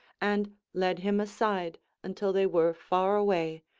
and led him aside until they were far away,